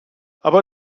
aber